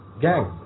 gang